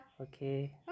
okay